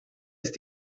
ist